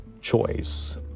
choice